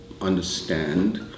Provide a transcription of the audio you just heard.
understand